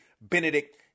Benedict